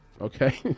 okay